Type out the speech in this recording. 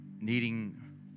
needing